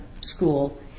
school